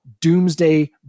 doomsday